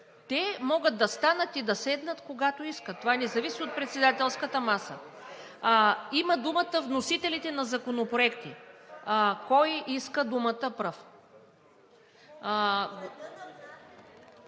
Те могат да станат и да седнат, когато искат. Това не зависи от председателската маса. Имат думата вносителите на законопроекти. Кой иска думата пръв?